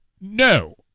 no